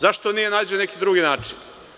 Zašto nije nađen neki drugi način?